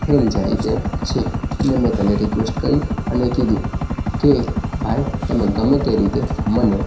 fail જાય તેમ છે એટલે મેં તેને રિક્વેસ્ટ કરી અને કીધું કે ભાઈ તમે ગમે તે રીતે મને